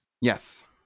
yes